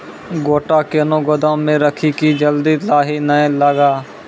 गोटा कैनो गोदाम मे रखी की जल्दी लाही नए लगा?